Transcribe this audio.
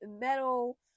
metal